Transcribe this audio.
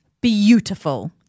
Beautiful